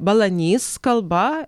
balanys kalba